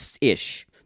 ish